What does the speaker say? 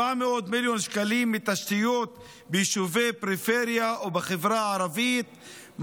400 מיליון שקלים מתשתיות ביישובי פריפריה או בחברה הערבית,